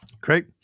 Great